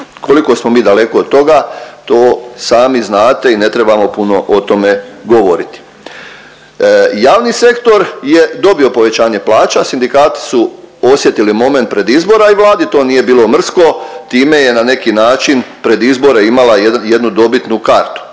Koliko smo mi daleko od toga, to sami znate i ne trebamo puno o tome govoriti. Javni sektor je dobio povećanje plaća, sindikati su osjetili moment predizbora i Vladi to nije bilo mrsko, time je na neki način pred izbore imala jednu dobitnu kartu.